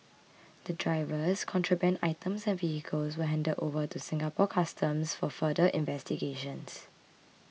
the drivers contraband items and vehicles were handed over to Singapore Customs for further investigations